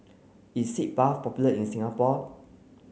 is Sitz Bath popular in Singapore